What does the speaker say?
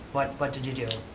what what did you do?